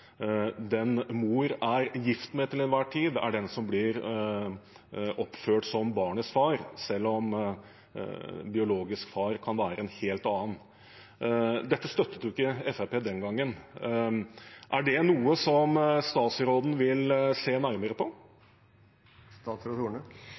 den mor er gift med til enhver tid, er den som blir oppført som barnets far, selv om biologisk far kan være en helt annen. Dette støttet ikke Fremskrittspartiet den gangen. Er det noe som statsråden vil se nærmere på?